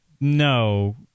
no